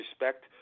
respect